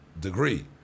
degree